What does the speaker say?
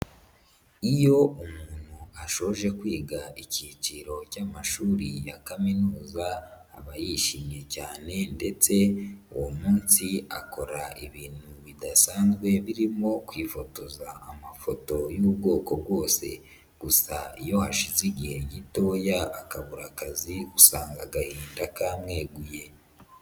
Iyo umuntu ashoje kwiga ikiciro cy'amashuri ya kaminuza aba yishimye cyane ndetse uwo munsi akora ibintu bidasanzwe birimo kwifotoza amafoto y'ubwoko bwose gusa iyo hashize igihe gitoya akabura akazi usanga agahinda kamweguye.